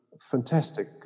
Fantastic